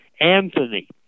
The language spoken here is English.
Anthony